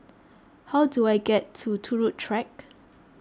how do I get to Turut Track